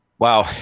Wow